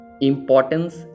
importance